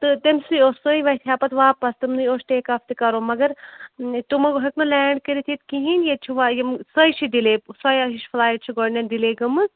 تہٕ تٔمۍسٕے اوس سُے وَتھِ ہا پَتہٕ واپَس تِمنٕے اوس ٹیک آف تہِ کَرُن مگر تِمو ہیٚوکھ نہٕ لینٛڈ کٔرِتھ ییٚتہِ کِہیٖنٛۍ ییٚتہِ چھُ واریاہ یِم سۄے چھِ ڈِلیے سۄے ہِش فٕلایِٹ چھِ گۄڈنیٚتھ ڈِلیے گٲمٕژ